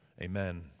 Amen